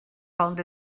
found